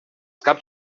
caps